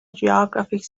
geographic